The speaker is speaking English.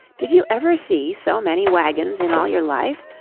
did you ever see so many wagons in all your life?